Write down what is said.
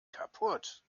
kaputt